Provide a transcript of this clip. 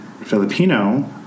Filipino